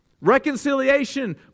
Reconciliation